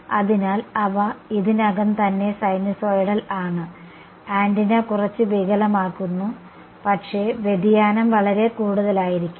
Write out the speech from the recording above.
അതിനാൽ അവ ഇതിനകം തന്നെ സൈനുസോയ്ഡൽ ആണ് ആന്റിന കുറച്ചു വികലമാക്കുന്നു പക്ഷേ വ്യതിയാനം വളരെ കൂടുതലായിരിക്കില്ല